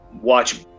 watch